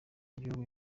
y’igihugu